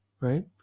right